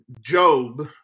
Job